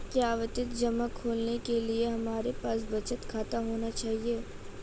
क्या आवर्ती जमा खोलने के लिए हमारे पास बचत खाता होना चाहिए?